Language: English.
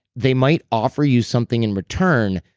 they might offer you something in return,